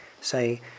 say